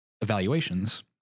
evaluations